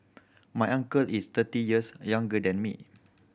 my uncle is thirty years younger than me